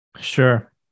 Sure